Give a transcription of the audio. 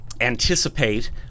anticipate